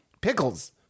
pickles